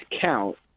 count